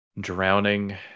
drowning